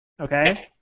Okay